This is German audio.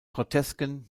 grotesken